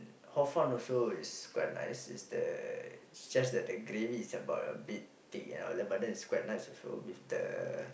hor fun also is quite nice is the it's just that the gravy is about a bit thick and all that but then is quite nice also with the